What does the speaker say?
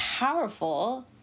Powerful